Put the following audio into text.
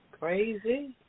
crazy